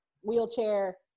wheelchair